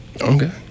Okay